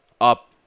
up